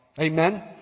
Amen